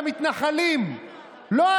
למה לא?